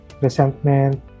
resentment